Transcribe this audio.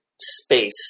space